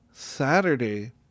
Saturday